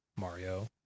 Mario